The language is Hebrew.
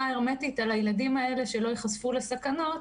הרמטית על הילדים האלה שלא יחשפו לסכנות.